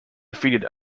defeated